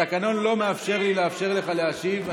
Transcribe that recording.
התקנון לא מאפשר לי לאפשר לך להשיב.